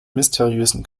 mysteriösen